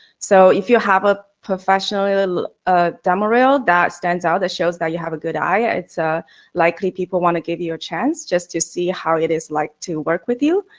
so, if you have a professional ah demo reel that stands out, that shows that you have a good eye, it's ah likely people want to give you you a chance just to see how it is like to work with you.